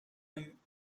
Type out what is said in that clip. him